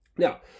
Now